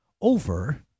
over